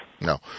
No